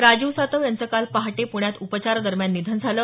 राजीव सातव यांचं काल पहाटे प्ण्यात उपचारादरम्यान निधन झालं